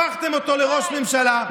הפכתם אותו לראש ממשלה,